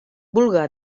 vulga